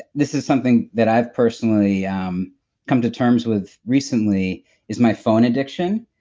this is something that i've personally yeah um comes to terms with recently is my phone addiction.